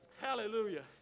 Hallelujah